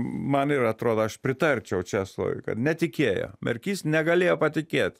man ir atrodo aš pritarčiau česlovui kad netikėjo merkys negalėjo patikėti